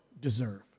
deserve